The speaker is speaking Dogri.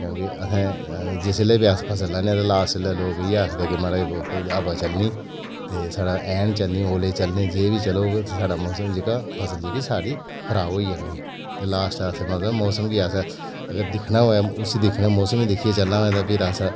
अस जिसलै बी फसल लान्ने आं लास्ट च लोक इ'यै आखदे कि महाराज हवा चलनी ते साढ़ै ऐन चलनी ओले चलने जे बी चलग ते साढ़ै मौसम फसल जेह्की खराब होई जानी ते लास्ट अस मतलव मौसम अगर दिक्खना होऐ ते उस्सी मौसम दिक्खीयै चलना होऐ तां